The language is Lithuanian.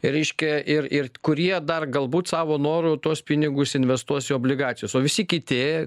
reiškia ir ir kurie dar galbūt savo noru tuos pinigus investuos į obligacijas o visi kiti